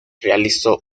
realizó